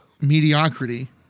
mediocrity